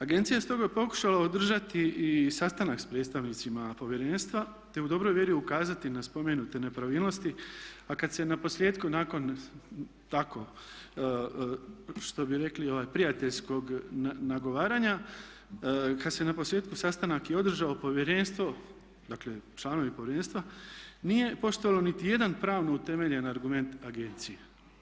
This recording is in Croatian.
Agencija je stoga pokušala održati i sastanak sa predstavnicima povjerenstva te u dobroj vjeri ukazati na spomenute nepravilnosti a kada se na posljetku nakon tako što bi rekli prijateljskog nagovaranja, kada se na posljetku sastanak i održao, povjerenstvo, dakle članovi povjerenstva nije postojao niti jedan pravno utemeljeni argument agencije.